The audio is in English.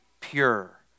pure